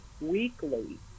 weekly